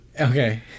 Okay